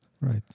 right